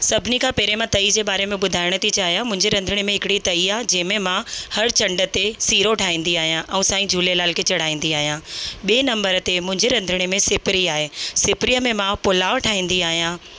सभिनी खां पहिरीं मां तई जे बारे में ॿुधाइणु थी चाहियां मुंहिंजे रंधणे में हिकु तई आहे जंहिं में मां हरु चंड ते सीरो ठाहींदी आहियां ऐं साईं झूलेलाल खे चढ़ाईंदी आहियां ॿिऐं नम्बर ते मुंहिंजे रंधिणे में सिपिरी आहे सिपिरीअ में मां पुलाव ठाहींदी आहियां